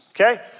okay